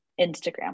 Instagram